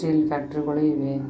steel ಫ್ಯಾಕ್ಟ್ರಿಗಳು ಇವೆ